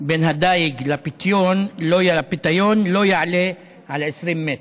בין הדייג לפיתיון לא יעלה על 20 מטר.